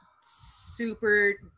super